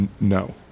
No